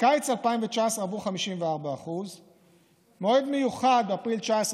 בקיץ 2019 עברו 54%; במועד מיוחד באפריל 2019,